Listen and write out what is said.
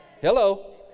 Hello